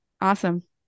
awesome